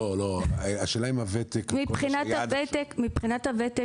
השאלה אם הוותק --- מבחינת הוותק